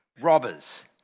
robbers